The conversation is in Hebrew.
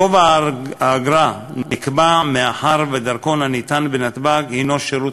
גובה האגרה הזה נקבע מאחר שמתן דרכון בנתב"ג הנו שירות